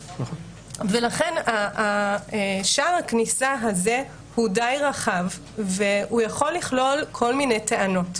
ולכן שער הכניסה הזה הוא די רחב והוא יכול לכלול כל מיני טענות.